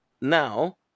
now